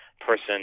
person